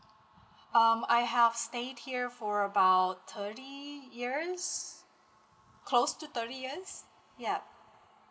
um I have stayed here for about thirty years close to thirty years yup